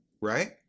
right